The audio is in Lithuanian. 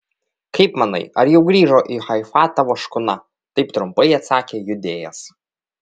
kaip manai ar jau grįžo į haifą tavo škuna taip trumpai atsakė judėjas